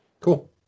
Cool